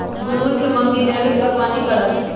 गुनगुन के मम्मी जैविक बागवानी करा हई